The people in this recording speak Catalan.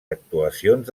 actuacions